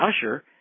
usher